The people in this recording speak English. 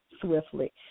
swiftly